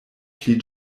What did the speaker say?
pli